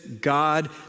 God